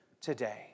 today